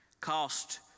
cost